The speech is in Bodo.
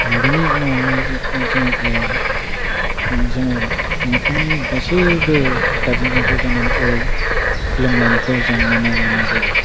बेनि उनावहाय जोङो न'खरनि गासैबो गार्जेनजों ज' जानानै खुलुमलायनायखौ जोङो नुनो मोननाय जायो